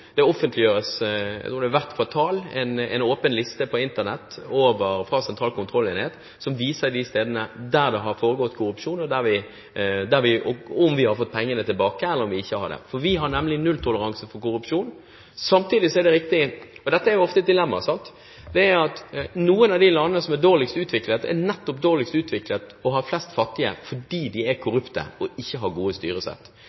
Det offentliggjøres hvert kvartal, tror jeg, en åpen liste på Internett fra Sentral kontrollenhet, som viser de stedene der det har foregått korrupsjon, om vi har fått pengene tilbake, eller om vi ikke har det, for vi har nemlig nulltoleranse for korrupsjon. Samtidig er det riktig – og dette er jo ofte et dilemma – at noen av de landene som er dårligst utviklet, nettopp er dårligst utviklet og har flest fattige fordi de er